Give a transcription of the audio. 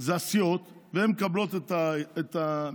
זה הסיעות והן מקבלות את המקומות,